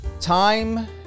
time